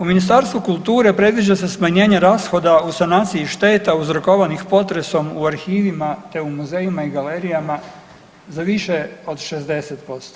U Ministarstvu kulture predviđa se smanjenje rashoda u sanaciji šteta uzrokovanih potresom u arhivima te u muzejima i galerijama za više od 60%